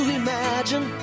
imagine